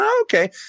Okay